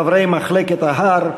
חברי מחלקת ההר,